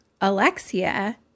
Alexia